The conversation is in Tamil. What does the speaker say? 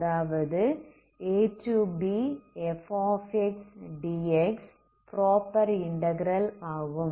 அதாவது abfdx ப்ராப்பர் இன்டகிரல் ஆகும்